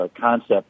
concept